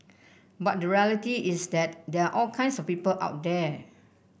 but the reality is that there are all kinds of people out there